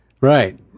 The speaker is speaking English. Right